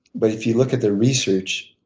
but if you look at the research,